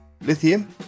Lithium